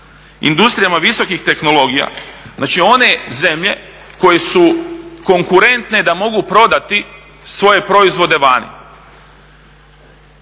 industrijama visokih tehnologija, znači one zemlje koje su konkurentne da mogu prodati svoje proizvode vani.